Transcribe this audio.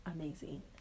amazing